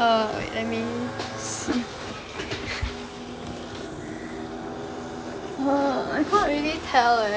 err wait I mean err I can't really tell eh